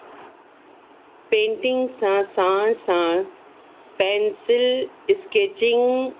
painting सां साण साण पैंसिल स्केचिंग